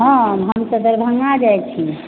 हम हम तऽ दरभंगा जाइ छी